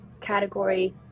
category